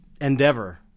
endeavor